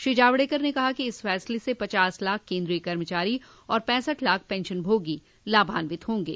श्री जावड़ेकर ने कहा कि इस फैसले से पचास लाख केन्द्रीय कर्मचारी और पैंसठ लाख पेंशन भोगी लाभान्वित होंगे